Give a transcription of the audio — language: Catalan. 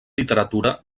literatura